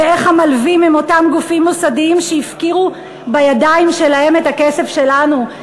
ואיך המלווים הם אותם גופים מוסדיים שהפקירו בידיים שלהם את הכסף שלנו.